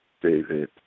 David